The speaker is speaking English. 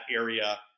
area